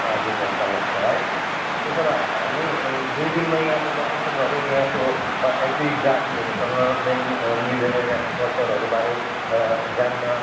आधी घन्टा लाग्छ है त्यसो भए हामी दुई दिनमा यहाँको लोकेसनहरू यहाँको एभ्री जातिहरूसँग मेलमि मिलेर यहाँको कल्चरहरूबारे जान्न